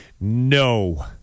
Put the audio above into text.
no